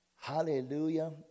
Hallelujah